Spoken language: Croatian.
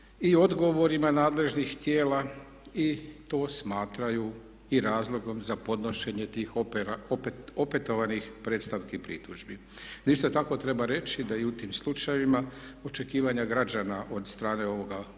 i odgovorima nadležnih tijela i to smatraju i razlogom za podnošenje tih opetovanih predstavki i pritužbi. .../Govornik se ne razumije./… tako treba reći da i u tim slučajevima očekivanja građana od strane ovoga Odbora